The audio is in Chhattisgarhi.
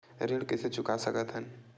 ऋण कइसे चुका सकत हन?